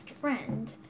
friend